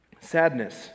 Sadness